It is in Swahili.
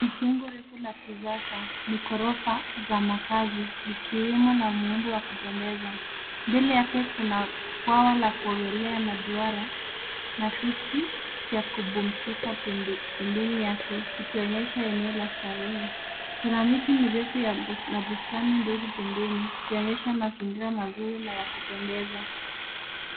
Ni jengo refu la kisasa, ni ghorofa za makazi ikiwemo na muundo wa kupendeza. Mbele yake kuna bwawa la kuongelea na duara na viti vya kupumzika pembeni yake ikionyesha eneo la starehe. Kuna miti mirefu na bustani ndogo pembeni ikionyesha mazingira mazuri na ya kupendeza.